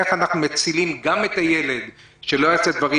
איך אנחנו מצילים גם את הילד שלא יעשה דברים,